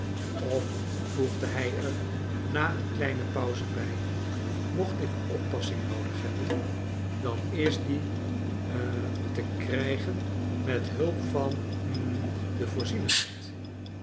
of voegde hij er na een kleine pauze bij mocht ik oppassing noodig hebben dan is die ha te krijgen met hulp van hm de